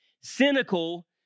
cynical